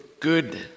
Good